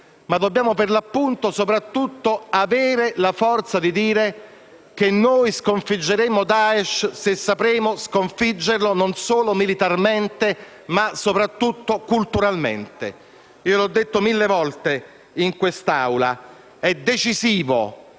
Dobbiamo però avere la forza di dire che noi sconfiggeremo Daesh se sapremo sconfiggerlo non solo militarmente, ma soprattutto culturalmente. L'ho detto mille volte in quest'Assemblea: è decisivo